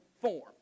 form